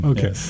Okay